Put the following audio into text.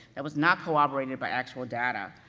that was not corroborated by actual data,